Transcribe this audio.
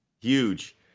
huge